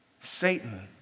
Satan